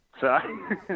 Sorry